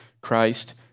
Christ